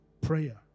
prayer